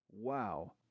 Wow